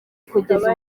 kugeza